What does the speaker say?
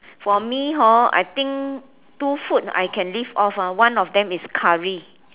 for me hor I think two food I can live off hor one of them is curry